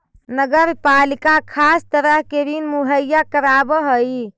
नगर पालिका खास तरह के ऋण मुहैया करावऽ हई